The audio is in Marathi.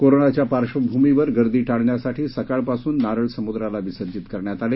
कोरोनाच्या पार्श्वभूमीवर गर्दी टाळण्यासाठी सकाळपासून नारळ समुद्राला विसर्जित करण्यात आले